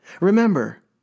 Remember